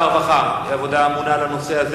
ועדת העבודה והרווחה היא הממונה על הנושא הזה.